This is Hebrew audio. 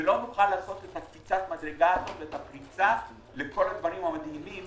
לעשות את קפיצת המדרגה הזאת ואת הפריצה לכל הדברים המדהימים